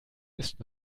ist